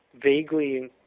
vaguely